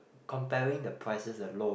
comparing the prices alone